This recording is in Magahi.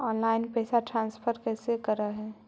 ऑनलाइन पैसा ट्रांसफर कैसे करे?